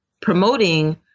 promoting